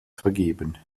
vergeben